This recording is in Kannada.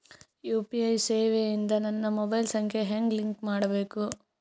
ಯು.ಪಿ.ಐ ಸೇವೆ ಇಂದ ನನ್ನ ಮೊಬೈಲ್ ಸಂಖ್ಯೆ ಹೆಂಗ್ ಲಿಂಕ್ ಮಾಡಬೇಕು?